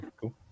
cool